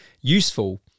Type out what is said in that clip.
useful